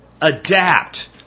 adapt